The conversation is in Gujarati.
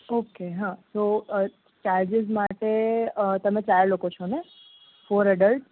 ઓકે હા તો ચાર્જિસ માટે તમે ચાર લોકો છો ને ફોર એડલ્ટ